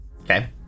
Okay